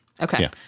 Okay